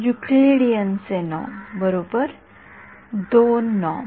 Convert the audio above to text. Euclidean चे norm बरोबर २ norm